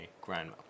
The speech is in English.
grandma